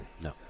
No